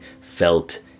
felt